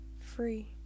free